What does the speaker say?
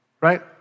right